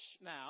now